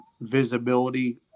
visibility